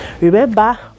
remember